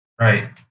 Right